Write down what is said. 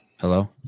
hello